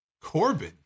Corbin